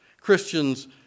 Christians